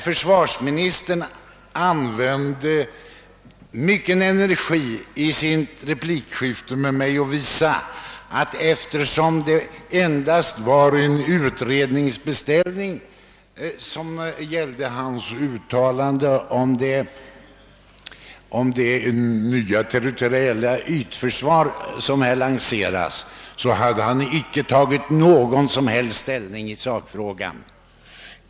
Försvarsministern använde själv mycken energi i sitt replikskifte med mig för att betona, att eftersom det endast förelåg en sådan beställning av utredning angående det territoriella ytförsvaret, så hade han inte tagit någon som helst ställning i sakfrågan.